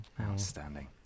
outstanding